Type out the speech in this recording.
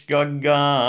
Gaga